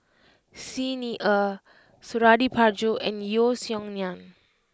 Xi Ni Er Suradi Parjo and Yeo Song Nian